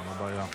זו הבעיה.